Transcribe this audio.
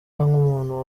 nk’umuntu